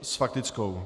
Faktickou.